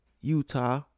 Utah